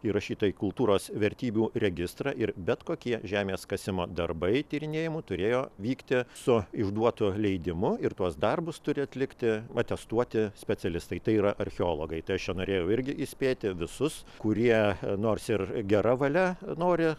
įrašyta į kultūros vertybių registrą ir bet kokie žemės kasimo darbai tyrinėjimų turėjo vykti su išduotu leidimu ir tuos darbus turi atlikti atestuoti specialistai tai yra archeologai tai aš norėjau irgi įspėti visus kurie nors ir gera valia nori